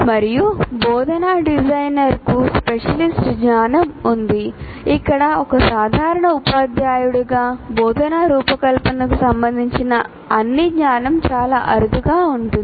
మరియు బోధనా డిజైనర్కు స్పెషలిస్ట్ జ్ఞానం ఉంది ఇక్కడ ఒక సాధారణ ఉపాధ్యాయుడిగా బోధనా రూపకల్పనకు సంబంధించిన అన్ని జ్ఞానం చాలా అరుదుగా ఉంటుంది